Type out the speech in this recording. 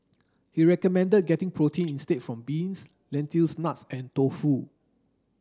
he recommended getting protein instead from beans lentils nuts and tofu